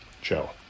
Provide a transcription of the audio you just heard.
Joe